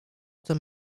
tem